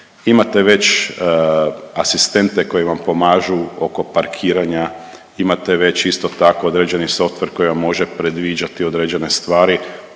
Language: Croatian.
Imate već asistente koji vam pomažu oko parkiranja, imate već isto tako određeni softver koji vam može predviđati određene stvari